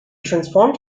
transformed